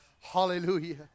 Hallelujah